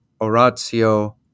oratio